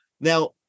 Now